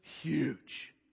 huge